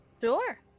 Sure